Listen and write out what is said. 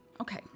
Okay